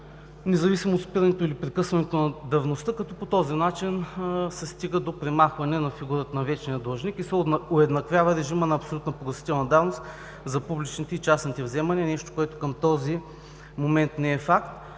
независимо от спирането или прекъсването на давността като по този начин се стига до премахване на фигурата на вечния длъжник и се уеднаквява режимът на абсолютна погасителна давност за публичните и частните вземания, нещо, което към този момент не е факт.